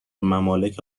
ممالک